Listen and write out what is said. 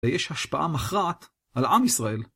ויש השפעה מכרעת על העם ישראל.